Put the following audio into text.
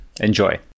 Enjoy